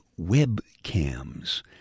webcams